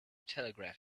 telegraph